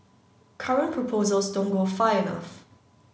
current proposals don't go far enough